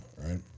right